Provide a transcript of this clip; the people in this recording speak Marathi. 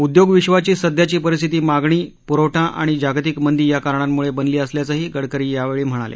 उद्योग विश्वाची सध्याची परिस्थिती मागणी पुरवठा आणि जागतिक मंदी याकारणांमुळे बनली असल्याचंही गडकरी यावेळी म्हणाले